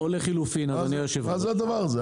מה זה הדבר הזה?